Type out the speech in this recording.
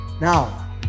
Now